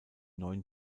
neuen